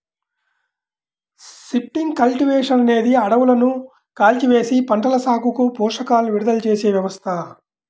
shifting cultivation అనేది అడవులను కాల్చివేసి, పంటల సాగుకు పోషకాలను విడుదల చేసే వ్యవస్థ